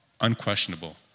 unquestionable